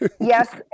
yes